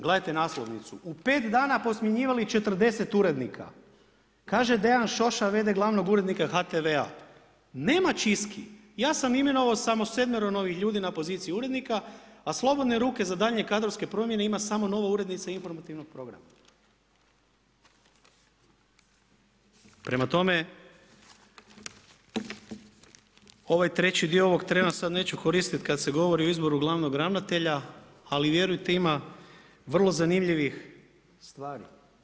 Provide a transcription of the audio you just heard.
Gledajte naslovnicu: „U pet dana posmjenjivali 40 urednika.“ Kaže Dean Šoša, v.d. glavnog urednika HTV-a: „Nema čistki, ja sam imenovao samo sedmero novih ljudi na poziciji urednika, a slobodne ruke za daljnje kadrovske promjene ima samo nova urednica informativnog programa.“ Prema tome, ovaj treći dio ovog trena sad neću koristiti kad se govori o izboru glavnog ravnatelja, ali vjerujte ima vrlo zanimljivih stvari.